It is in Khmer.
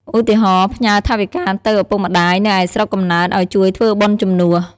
ឧទាហរណ៍ ផ្ញើថវិកាទៅឪពុកម្ដាយនៅឯស្រុកកំណើតឱ្យជួយធ្វើបុណ្យជំនួស។